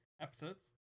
Episodes